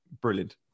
brilliant